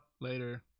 later